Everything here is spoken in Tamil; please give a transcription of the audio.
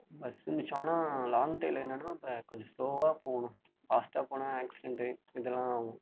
பஸ்ஸு மிச்சம் ஆனால் லாங் ட்ரைவில் என்னன்னா இப்போ கொஞ்சம் ஸ்லோவாக போகணும் ஃபாஸ்டாக போனால் ஆக்ஸிடென்ட்டு இதெல்லாம் ஆவும்